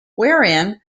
wherein